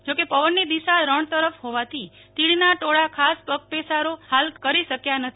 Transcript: જોકે પવન ની દિશા રણ તરફ હોવાથી તીડ ના ટોળાં ખાસ પગપેસારો હાલ કરી શક્યા નથી